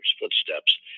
footsteps